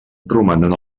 romanen